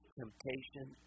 temptation